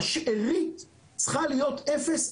שהשארית צריכה להיות אפס.